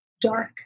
dark